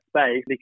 space